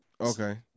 Okay